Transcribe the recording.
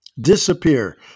disappear